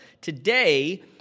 Today